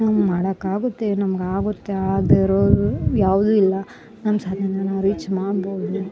ನಮ್ಗ ಮಾಡಕ್ಕಾಗುತ್ತೆ ನಮ್ಗ ಆಗುತ್ತೆ ಆಗದೇ ಇರೋದು ಯಾವುದೂ ಇಲ್ಲ ನಮ್ಮ ಸಾಧ್ನೆನ ನಾವು ರೀಚ್ ಮಾಡ್ಬೋದು